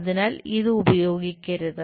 അതിനാൽ ഇത് ഉപയോഗിക്കരുത്